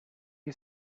you